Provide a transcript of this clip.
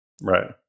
Right